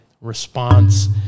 response